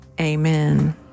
Amen